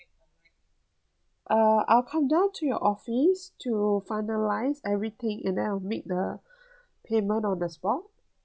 uh I'll come down to your office to finalise everything and then I'll make the payment on the spot